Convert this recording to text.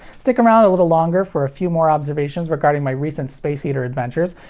stick around a little longer for a few more observations regarding my recent space heater adventures,